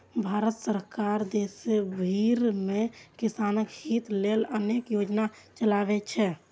भारत सरकार देश भरि मे किसानक हित लेल अनेक योजना चलबै छै